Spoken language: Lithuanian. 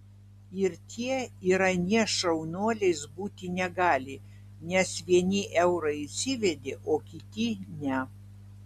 ir tie ir anie šaunuoliais būti negali nes vieni eurą įsivedė o kiti ne